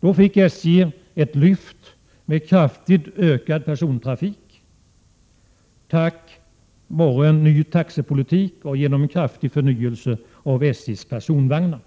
Då fick SJ ett lyft med kraftigt ökad persontrafik, tack vare en ny taxepolitik och genom en kraftig förnyelse av SJ:s personvagnar.